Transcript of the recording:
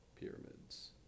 pyramids